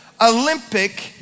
Olympic